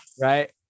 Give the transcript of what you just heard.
Right